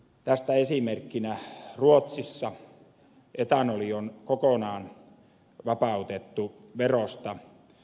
tästä esimerkkinä ruotsissa etanoli on kokonaan vapautettu verosta